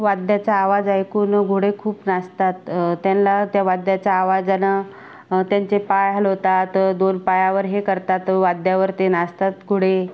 वाद्याचा आवाज ऐकून घोडे खूप नाचतात त्यांना त्या वाद्याच्या आवाजानं त्यांचे पाय हलवतात दोन पायावर हे करतात तर वाद्यावर ते नाचतात घोडे